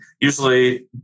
usually